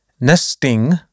nesting